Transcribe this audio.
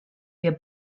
wir